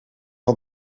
van